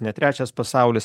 ne trečias pasaulis